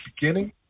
beginning